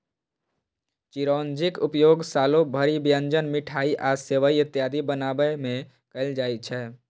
चिरौंजीक उपयोग सालो भरि व्यंजन, मिठाइ आ सेवइ इत्यादि बनाबै मे कैल जाइ छै